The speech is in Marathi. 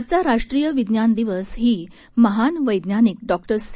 आजचा राष्ट्रीय विज्ञान दिवसही महान वैज्ञानिक डॉक्टर सी